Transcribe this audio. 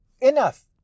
enough